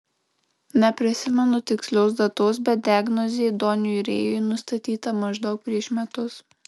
neprisimenu tikslios datos bet diagnozė doniui rėjui nustatyta maždaug prieš metus